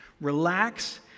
Relax